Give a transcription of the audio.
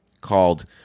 called